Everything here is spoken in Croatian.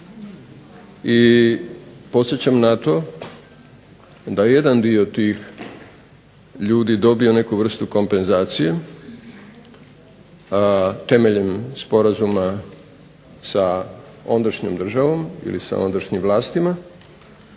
i podsjećam na to da jedan dio tih ljudi dobija neku vrstu kompenzacija temeljem sporazuma sa ondašnjom državom, sa ondašnjim vlastima